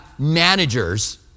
managers